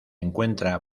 encuentra